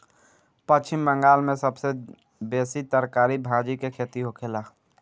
पश्चिम बंगाल में सबसे बेसी तरकारी भाजी के खेती होखेला